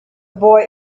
boy